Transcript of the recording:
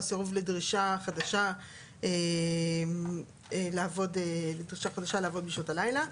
סירוב לדרישה חדשה לעבוד בשעות הלילה.